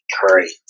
Great